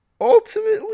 ultimately